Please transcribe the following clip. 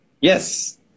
Yes